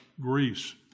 Greece